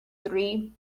three